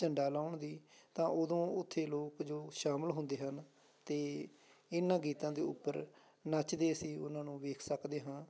ਝੰਡਾ ਲਾਹੁਣ ਦੀ ਤਾਂ ਉਦੋਂ ਉੱਥੇ ਲੋਕ ਜੋ ਸ਼ਾਮਿਲ ਹੁੰਦੇ ਆ ਅਤੇ ਇਹਨਾਂ ਗੀਤਾਂ ਦੇ ਉੱਪਰ ਨੱਚਦੇ ਅਸੀਂ ਉਹਨਾਂ ਨੂੰ ਦੇਖ ਸਕਦੇ ਹਾਂ